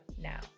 now